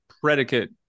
predicate